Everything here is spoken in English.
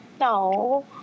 no